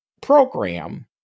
program